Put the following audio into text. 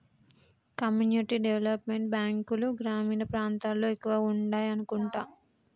community development బ్యాంకులు గ్రామీణ ప్రాంతాల్లో ఎక్కువగా ఉండాయనుకుంటా